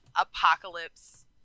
Apocalypse